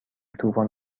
طوفان